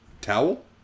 Towel